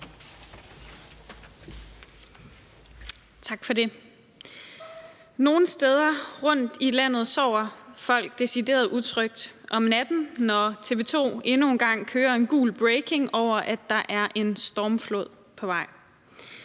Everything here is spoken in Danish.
Nogle steder rundt i landet sover folk decideret utrygt om natten, når TV 2 endnu en gang kører en gul breaking news om, at der er en stormflod på vej.